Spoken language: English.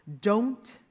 Don't